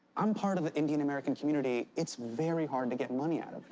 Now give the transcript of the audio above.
i'm part of the indian american community. it's very hard to get money out